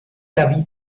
l’avis